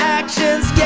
actions